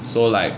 so like